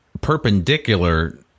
perpendicular